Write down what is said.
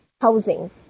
housing